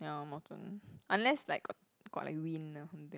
ya mountain unless like got got like wind or something